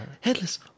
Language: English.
Headless